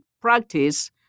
practice